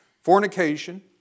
fornication